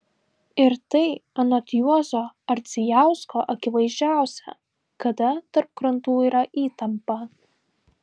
ir tai anot juozo ardzijausko akivaizdžiausia kada tarp krantų yra įtampa